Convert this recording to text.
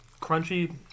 crunchy